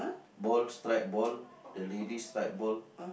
ball stripe ball the lady stripe ball